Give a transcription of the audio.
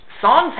Songs